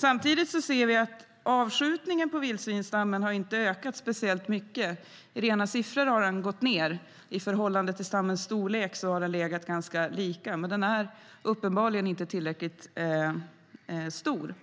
Samtidigt ser vi att avskjutningen av vildsvinsstammen inte har ökat speciellt mycket. I rena siffror har den gått ned. I förhållande till stammens storlek har den legat ganska lika. Men den är uppenbarligen inte tillräckligt stor.